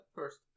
first